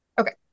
okay